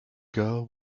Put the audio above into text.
girl